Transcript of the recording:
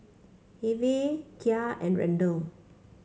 Hervey Kya and Randell